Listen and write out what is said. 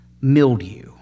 mildew